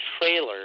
trailer